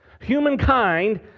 humankind